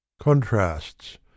CONTRASTS